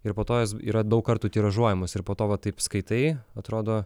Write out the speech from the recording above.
ir po to jos yra daug kartų tiražuojamos ir po to va taip skaitai atrodo